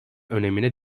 önemine